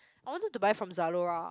I wanted to buy from Zalora